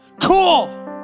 cool